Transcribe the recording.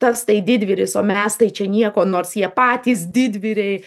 tas tai didvyris o mes tai čia nieko nors jie patys didvyriai